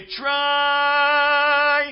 try